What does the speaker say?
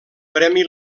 premi